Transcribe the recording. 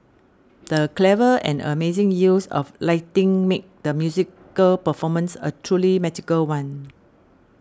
the clever and amazing use of lighting made the musical performance a truly magical one